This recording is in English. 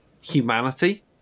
humanity